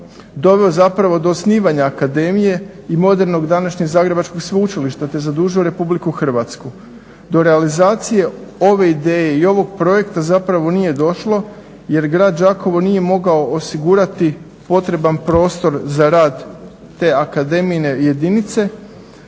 doveo zapravo do osnivanja akademije i modernog današnjeg Zagrebačkog sveučilišta te zadužio RH. Do realizacije ove ideje i ovog projekta zapravo nije došlo jer grad Đakovo nije mogao osigurati potreban prostor za rad te akademijine jedinice